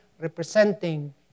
representing